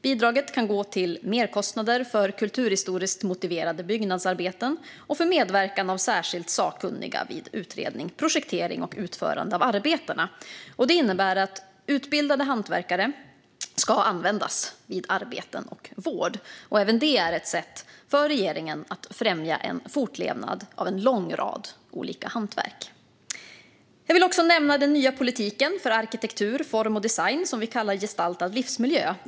Bidraget kan gå till merkostnader för kulturhistoriskt motiverade byggnadsarbeten och för medverkan av särskilt sakkunniga vid utredning, projektering och utförande av arbetena. Det innebär att utbildade hantverkare ska användas vid arbeten och vård. Även det är ett sätt för regeringen att främja en fortlevnad av en lång rad olika hantverk. Jag vill också nämna den nya politiken för arkitektur, form och design som vi kallar Gestaltad livsmiljö.